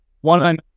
one